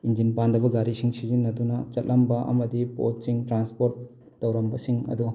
engine ꯄꯥꯟꯗꯕ ꯒꯥꯔꯤꯁꯤꯡ ꯁꯤꯖꯤꯟꯅꯗꯨꯅ ꯆꯠꯂꯝꯕ ꯑꯃꯗꯤ ꯄꯣꯠꯁꯤꯡ ꯇ꯭ꯔꯥꯟꯁꯄꯣꯠ ꯇꯧꯔꯝꯕꯁꯤꯡ ꯑꯗꯣ